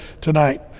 tonight